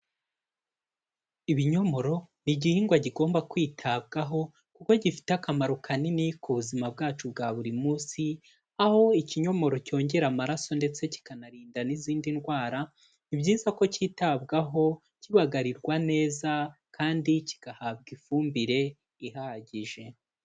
Ibinyomoro ni igihingwa kigomba kwitabwaho kuko gifite akamaro kanini ku buzima bwacu bwa buri munsi aho ikinyomoro cyongera amaraso ndetse kikanarinda n'izindi ndwara, ni byiza ko cyitabwaho kibagarirwa neza kandi kigahabwa ifumbire ihagije.